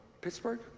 Pittsburgh